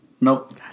Nope